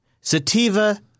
Sativa